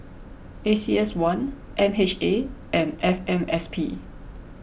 A C S one M H A and F M S P